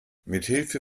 mithilfe